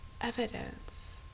evidence